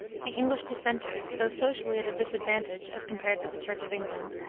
the english dissenters, though socially at a disadvantage as compared with the church of england,